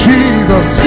Jesus